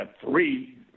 three